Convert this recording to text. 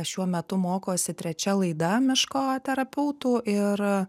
šiuo metu mokosi trečia laida miško terapeutų ir